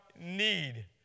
need